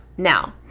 Now